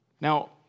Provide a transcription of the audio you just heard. Now